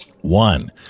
One